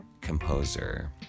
composer